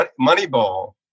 Moneyball